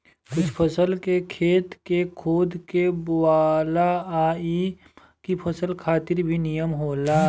कुछ फसल के खेत के खोद के बोआला आ इ बाकी फसल खातिर भी निमन होला